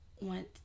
went